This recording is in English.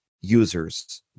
users